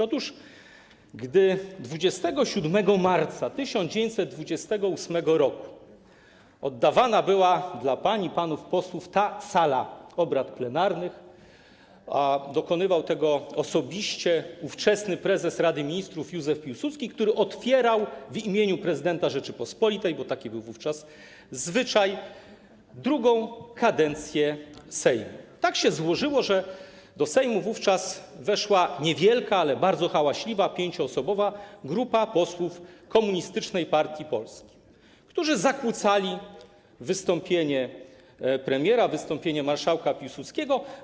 Otóż gdy 27 marca 1928 r. oddawana była dla pań i panów posłów ta sala obrad plenarnych, a dokonywał tego osobiście ówczesny prezes Rady Ministrów Józef Piłsudski, który otwierał w imieniu prezydenta Rzeczypospolitej, bo taki był wówczas zwyczaj, drugą kadencję Sejmu, tak się złożyło, że do Sejmu wówczas weszła niewielka, 5-osobowa, ale bardzo hałaśliwa, grupa posłów Komunistycznej Partii Polski, którzy zakłócali wystąpienie premiera, wystąpienie marszałka Piłsudskiego.